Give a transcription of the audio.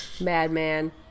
madman